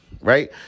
right